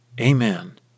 Amen